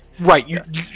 Right